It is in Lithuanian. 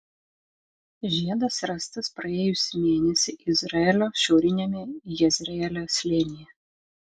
žiedas rastas praėjusį mėnesį izraelio šiauriniame jezreelio slėnyje